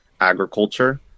agriculture